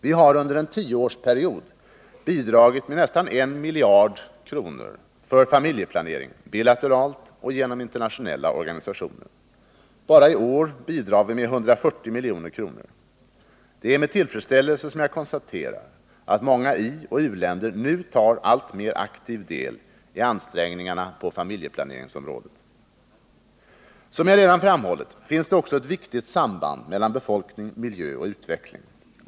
Vi har under en tioårsperiod bidragit med nästan 1 miljard kronor för familjeplanering bilateralt och genom internationella organisationer. Bara i år bidrar vi med 140 milj.kr. Det är med tillfredsställelse som jag konstaterar att många ioch u-länder nu tar alltmer aktiv del i ansträngningarna på familjeplaneringsområdet. Som jag redan framhållit finns det också ett viktigt samband mellan befolkning, miljö och utveckling.